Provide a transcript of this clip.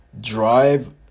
drive